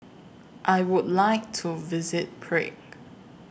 I Would like to visit Prague